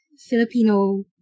Filipino